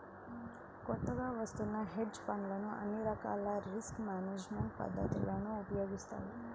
కొత్తగా వత్తున్న హెడ్జ్ ఫండ్లు అన్ని రకాల రిస్క్ మేనేజ్మెంట్ పద్ధతులను ఉపయోగిస్తాయి